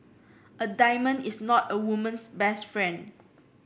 a diamond is not a woman's best friend